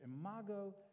Imago